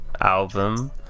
album